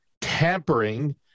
tampering